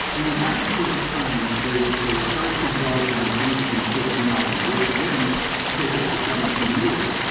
and what happens over time is they start developing changes in personality, which again can take up to seventeen years.